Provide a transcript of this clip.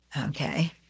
Okay